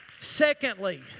Secondly